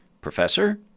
Professor